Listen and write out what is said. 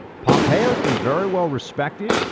pompeo has been very well respected.